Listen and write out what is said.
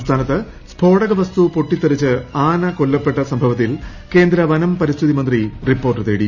സംസ്ഥാനത്ത് സ്ഫോടക വസ്തു പൊട്ടിത്തെറിച്ച് ആന കൊല്ലപ്പെട്ട സംഭവത്തിൽ കേന്ദ്ര വനം പരിസ്ഥിതി മന്ത്രി റിപ്പോർട്ട് തേടി